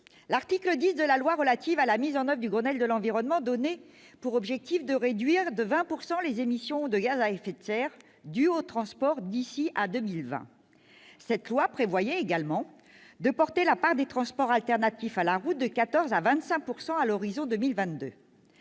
l'article 10 de la loi de programmation relative à la mise en oeuvre du Grenelle de l'environnement donnait pour objectif de réduire de 20 % les émissions de gaz à effet de serre dues aux transports d'ici à 2020. Cette loi prévoyait également de porter la part des transports alternatifs à la route de 14 % à 25 % à l'horizon 2022.